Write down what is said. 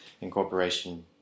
incorporation